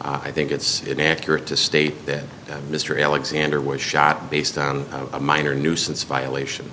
i think it's inaccurate to state that mr alexander was shot based on a minor nuisance violation